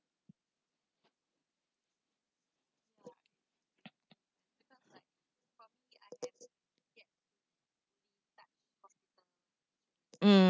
mm